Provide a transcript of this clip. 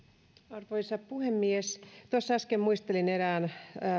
arvoisa puhemies tuossa äsken muistelin erään